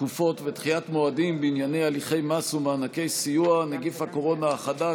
תקופות ודחיית מועדים בענייני הליכי מס ומענקי סיוע (נגיף הקורונה החדש,